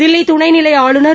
தில்லி துணை நிலை ஆளுநர்